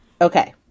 Okay